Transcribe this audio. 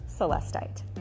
celestite